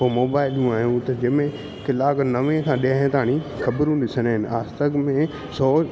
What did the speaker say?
पोइ मोबाइलियूं आहियूं त जंहिंमें कलाक नवें खां ॾह ताईं ख़बरूं ॾिसंदा आहिनि आजतक में सौ